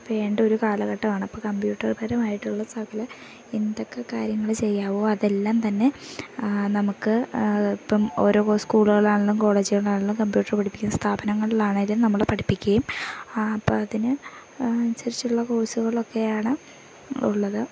വേണ്ട ഒരു കാലഘട്ടമാണ് അപ്പം കമ്പ്യൂട്ടറുപരമായിട്ടുള്ള സകല എന്തൊക്കെ കാര്യങ്ങൾ ചെയ്യാമോ അതെല്ലാം തന്നെ നമുക്ക് ഇപ്പം ഓരോ സ്കൂളുകളാണെങ്കിലും കോളേജുകളാണെങ്കിലും കമ്പ്യൂട്ടറ് പഠിപ്പിക്കുന്ന സ്ഥാപനങ്ങളിലാണെങ്കിലും നമ്മളെ പഠിപ്പിക്കുകയും ആ അപ്പം അതിന് അനുസരിച്ചുള്ള കോഴ്സുകളൊക്കെയാണ് ഉള്ളത്